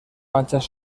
manchas